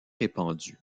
répandu